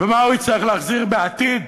ומה הוא יצטרך להחזיר בעתיד